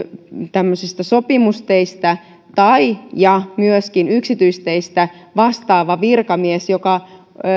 tämmöisistä sopimusteistä tai ja myöskin yksityisteistä vastaava virkamies